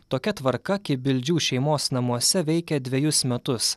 tokia tvarka kibildžių šeimos namuose veikia dvejus metus